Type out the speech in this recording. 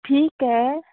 ठीक आहे